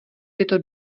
tyto